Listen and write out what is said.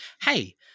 Hey